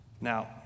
Now